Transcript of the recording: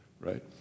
right